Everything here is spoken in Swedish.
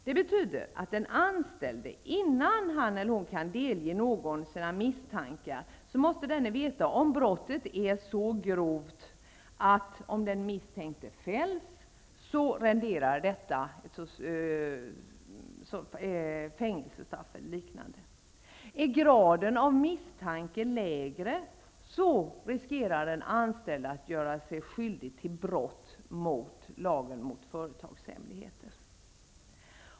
Det betyder att om den anställde delger någon sina misstankar, måste denne veta om brottet är så grovt att det renderar fängelse eller liknande straff om den misstänkte fälls. Är graden av misstanke lägre, riskerar den anställde att göra sig skyldig till brott mot lagen om företagshemligheter.